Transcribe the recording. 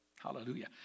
Hallelujah